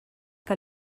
que